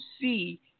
see